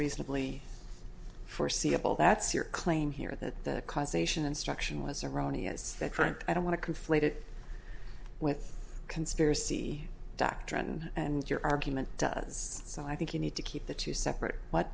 reasonably foreseeable that's your claim here that causation instruction was erroneous that current i don't want to conflate it with conspiracy doctrine and your argument does so i think you need to keep the two separate